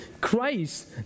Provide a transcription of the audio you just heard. Christ